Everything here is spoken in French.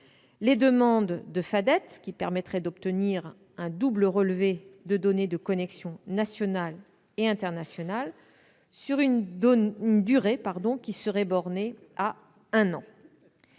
les demandes de « fadettes » permettraient d'obtenir un double relevé de données de connexions nationales et internationales, sur une durée bornée à un an.